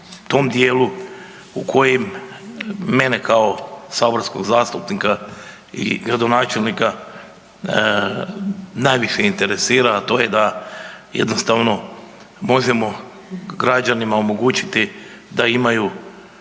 u kojem mene kao saborskog zastupnika i gradonačelnika najviše interesira, a to da jednostavno možemo građanima omogućiti da imaju